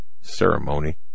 ceremony